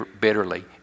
bitterly